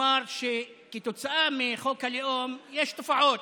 לומר שכתוצאה מחוק הלאום יש תופעות.